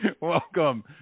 Welcome